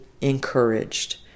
encouraged